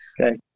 Okay